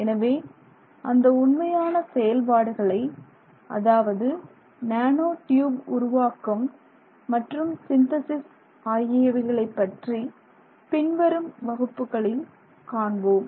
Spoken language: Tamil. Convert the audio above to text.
எனவே அந்த உண்மையான செயல்பாடுகளை அதாவது நேனோ டியூப் உருவாக்கம் மற்றும் சிந்தேசிஸ் ஆகியவைகளை பற்றி பின்வரும் வகுப்புகளில் காண்போம்